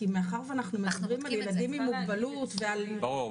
כי מאחר ואנחנו מדברים על ילדים עם מוגבלות --- ברור,